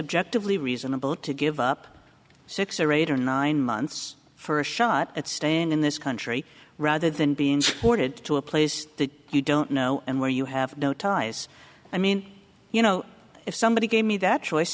objective leave reasonable to give up six or eight or nine months for a shot at staying in this country rather than being ordered to a place that you don't know and where you have no ties i mean you know if somebody gave me that choice